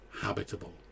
habitable